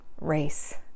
race